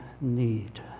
need